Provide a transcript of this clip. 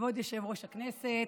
כבוד יושב-ראש הישיבה,